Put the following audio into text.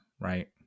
right